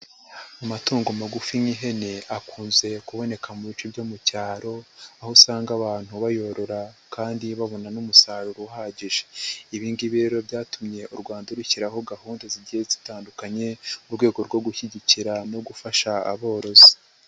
Amatungo magufi nk'ihene akunze kuboneka mu bice byo mu cyaro, aho usanga abantu bayorora kandi babona n'umusaruro uhagije. Ibi ngibi rero byatumye u Rwanda rushyiraho gahunda zigiye zitandukanye, mu rwego rwo gushyigikira no gufasha aborozi.